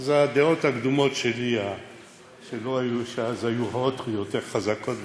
הדעות הקדומות שלי אז היו עוד יותר חזקות,